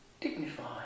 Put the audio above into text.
dignified